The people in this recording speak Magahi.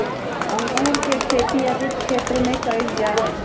अंगूर के खेती अधिक क्षेत्र में कइल जा हइ